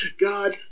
God